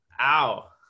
ow